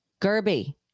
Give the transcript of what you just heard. Gerby